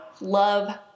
love